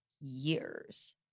years